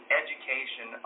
education